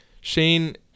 Shane